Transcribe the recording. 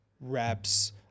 reps